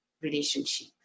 relationship